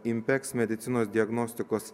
impeks medicinos diagnostikos